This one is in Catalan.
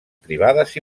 privades